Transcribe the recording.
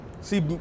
See